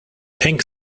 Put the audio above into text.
pink